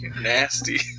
Nasty